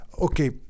Okay